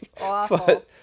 awful